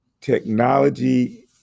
technology